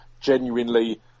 genuinely